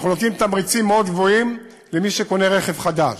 אנחנו נותנים תמריצים מאוד גבוהים למי שקונה רכב חדש.